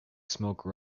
smoke